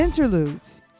Interludes